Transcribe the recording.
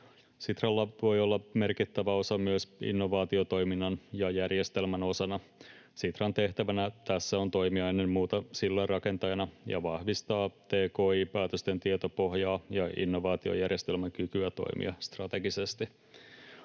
Sitralla voi olla merkittävä osa myös innovaatiotoiminnan ja järjestelmän osana. Sitran tehtävänä tässä on toimia ennen muuta sillanrakentajana ja vahvistaa tki-päätösten tietopohjaa ja innovaatiojärjestelmän kykyä toimia strategisesti.